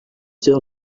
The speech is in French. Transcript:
sœurs